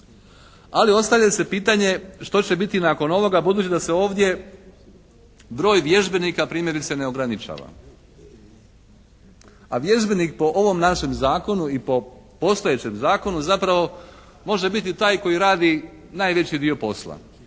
Ali ostavlja se pitanje što će biti nakon ovoga budući da se ovdje broj vježbenika primjerice ne ograničava, a vježbenik po ovom našem zakonu i po postojećem zakonu zapravo može biti taj koji radi najveći dio posla.